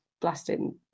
blasting